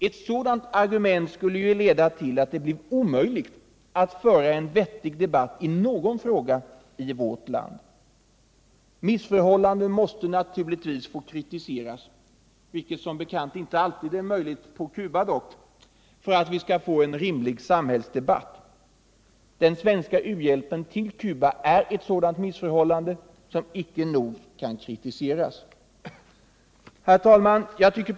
Ett sådant argument skulle ju leda till att det blev omöjligt att föra en vettig debatt i någon fråga i vårt land. Missförhållanden måste naturligtvis få kritiseras — vilket som bekant dock icke alltid är möjligt på Cuba — för att vi skall få en rimlig samhällsdebatt. Den svenska u-hjälpen till Cuba är ett sådant missförhållande som icke nog kan kritiseras. Herr talman!